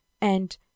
and